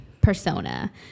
persona